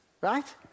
right